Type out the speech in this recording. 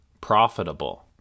profitable